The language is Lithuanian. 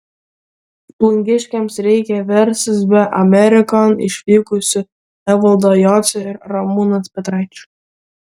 plungiškiams reikia verstis be amerikon išvykusių evaldo jocio ir ramūno petraičio